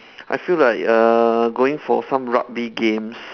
I feel like uh going for some rugby games